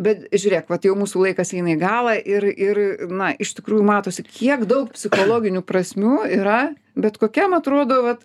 bet žiūrėk vat jau mūsų laikas eina į galą ir ir na iš tikrųjų matosi kiek daug psichologinių prasmių yra bet kokiam atrodo vat